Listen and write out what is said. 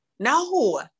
No